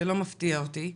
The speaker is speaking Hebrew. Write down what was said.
זה לא מפתיע אותי,